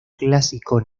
clásico